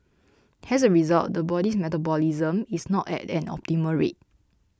as a result the body's metabolism is not at an optimal rate